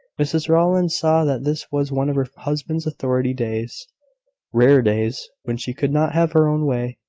mrs rowland saw that this was one of her husband's authority days rare days, when she could not have her own way,